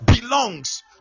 belongs